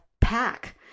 pack